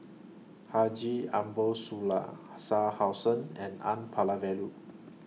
Haji Ambo Sooloh Shah Hussain and N Palanivelu